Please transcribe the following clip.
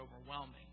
overwhelming